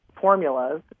formulas